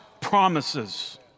promises